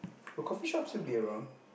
will coffeeshop still be around